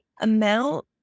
amount